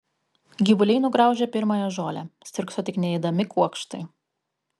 gyvuliai nugraužė pirmąją žolę stirkso tik neėdami kuokštai